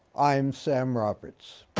i'm sam roberts.